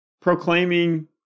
proclaiming